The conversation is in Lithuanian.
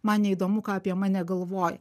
man neįdomu ką apie mane galvoja